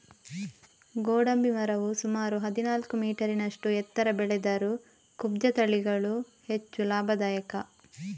ಗೋಡಂಬಿ ಮರವು ಸುಮಾರು ಹದಿನಾಲ್ಕು ಮೀಟರಿನಷ್ಟು ಎತ್ತರ ಬೆಳೆದರೂ ಕುಬ್ಜ ತಳಿಗಳು ಹೆಚ್ಚು ಲಾಭದಾಯಕ